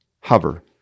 hover